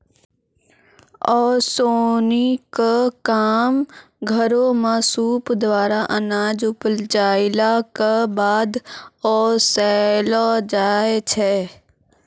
ओसौनी क काम घरो म सूप द्वारा अनाज उपजाइला कॅ बाद ओसैलो जाय छै?